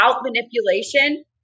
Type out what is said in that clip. manipulation